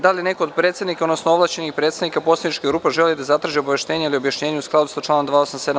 Da li neko od predsednika, odnosno ovlašćenih predstavnika poslaničkih grupa želi da zatraži obaveštenje ili objašnjenje u skladu sa članom 287.